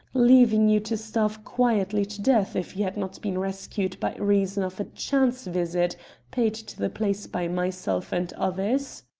leaving you to starve quietly to death if you had not been rescued by reason of a chance visit paid to the place by myself and others?